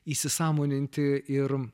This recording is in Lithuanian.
įsisąmoninti ir